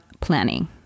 planning